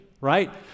right